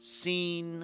seen